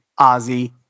Ozzy